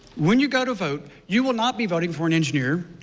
when you go to vote, you will not be voting for an engineer,